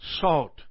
salt